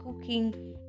cooking